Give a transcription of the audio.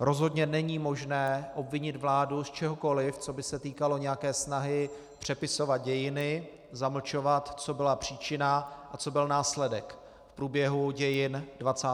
Rozhodně není možné obvinit vládu z čehokoliv, co by se týkalo nějaké snahy přepisovat dějiny, zamlčovat, co byla příčina a co byl následek průběhu dějin 20.